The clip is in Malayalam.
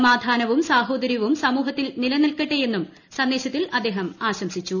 സമാധാനവും സാഹോദര്യവും സമൂഹത്തിൽ നീലനിൽക്കട്ടെയെന്നും സന്ദേശത്തിൽ അദ്ദേഹം ആശംസിച്ചു